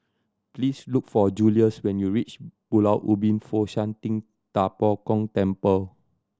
please look for Julius when you reach Pulau Ubin Fo Shan Ting Da Bo Gong Temple